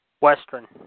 Western